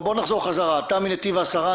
בוא נחזור חזרה אתה מנתיב העשרה,